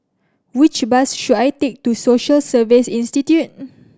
which bus should I take to Social Service Institute